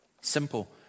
Simple